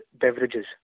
beverages